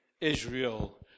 Israel